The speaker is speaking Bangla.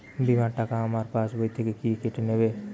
বিমার টাকা আমার পাশ বই থেকে কি কেটে নেবে?